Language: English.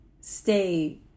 stay